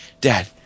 Dad